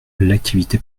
l’activité